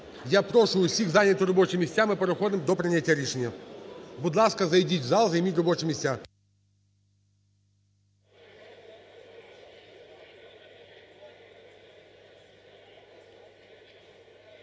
Я прошу всіх зайняти робочі місця, ми переходимо до прийняття рішення. Будь ласка, зайдіть у зал, займіть робочі місця.